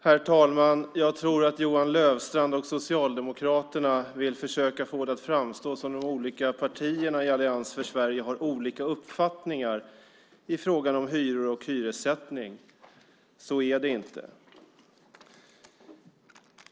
Herr talman! Jag tror att Johan Löfstrand och Socialdemokraterna vill försöka få det att framstå som om de olika partierna i Allians för Sverige har olika uppfattningar i frågan om hyror och hyressättning. Så är det inte.